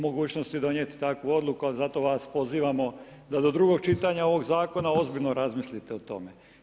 mogućnosti donijeti takvu odluku ali zato vas pozivamo da do drugog čitanja ovog zakona ozbiljno razmislite o tome.